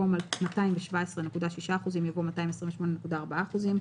במקום "217.6%" יבוא "228.4%".